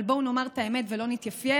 אבל בואו נאמר את האמת ולא נתייפייף: